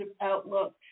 outlook